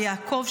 ביעקב,